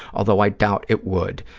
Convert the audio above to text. although i doubt it would.